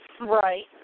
Right